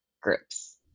groups